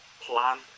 plan